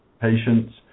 patients